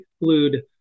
exclude